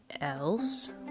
else